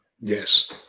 Yes